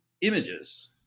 images